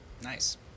Nice